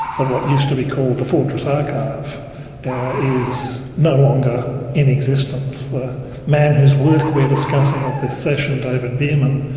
that what used to be called the fortress archive is no longer in existence. the man whose work we're discussing at this session, david bearman,